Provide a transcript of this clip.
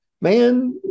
man